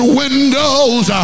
windows